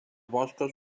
boscos